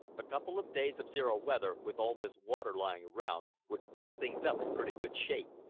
a couple of days of zero weather, with all this water lying around, would fix things up in pretty good shape.